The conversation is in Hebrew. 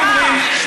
ואתם עדיין דבקים בה.